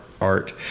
art